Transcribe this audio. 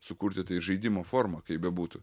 sukurti tai žaidimo forma kaip bebūtų